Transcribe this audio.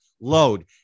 load